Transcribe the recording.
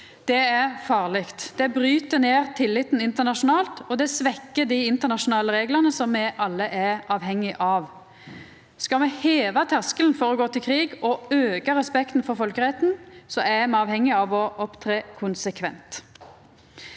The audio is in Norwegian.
Det er farleg. Det bryt ned tilliten internasjonalt, og det svekkjer dei internasjonale reglane som me alle er avhengige av. Skal me heva terskelen for å gå til krig og auka respekten for folkeretten, er me avhengige av å opptre konsekvent.